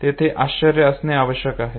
तेथे आश्चर्य असणे आवश्यक आहे